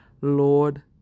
Lord